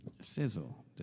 sizzle